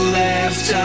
left